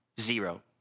Zero